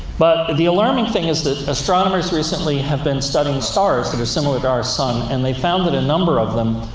but the alarming thing is that astronomers recently have been studying stars that are similar to our sun, and they've found that a number of them,